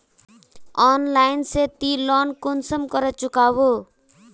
Online से ती loan कुंसम करे चुकाबो?